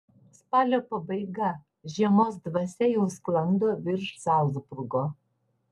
spalio pabaiga žiemos dvasia jau sklando virš zalcburgo